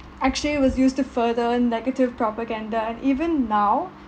actually was used to further negative propaganda and even now